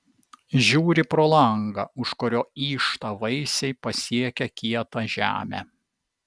žiūri pro langą už kurio yžta vaisiai pasiekę kietą žemę